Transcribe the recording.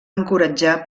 encoratjar